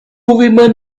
women